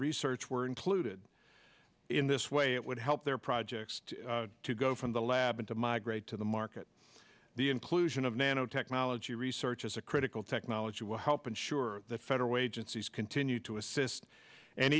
research were included in this way it would help their projects to go from the lab and to migrate to the market the inclusion of nanotechnology research is a critical technology will help ensure the federal agencies continue to assist and